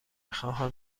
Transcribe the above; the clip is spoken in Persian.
خواهم